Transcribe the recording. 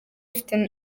ifite